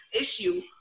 issue